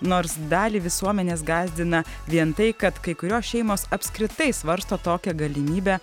nors dalį visuomenės gąsdina vien tai kad kai kurios šeimos apskritai svarsto tokią galimybę